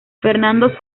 fernando